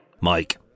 Mike